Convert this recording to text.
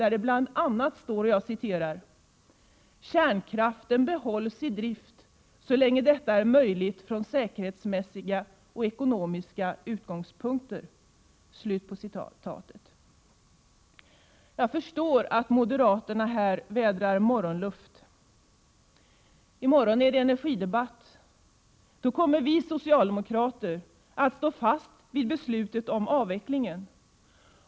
Där föreslås bl.a. att ”kärnkraften behålls i drift så länge detta är möjligt från säkerhetsmässiga och ekonomiska utgångspunkter”! Jag förstår att moderaterna här vädrar morgonluft. I morgon är det energidebatt. Då kommer vi socialdemokrater att stå fast vid beslutet om avveckling.